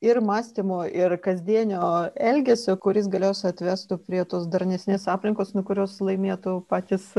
ir mąstymo ir kasdienio elgesio kuris galiausia atvestų prie tos darnesnės aplinkos nuo kurios laimėtų patys